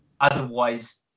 Otherwise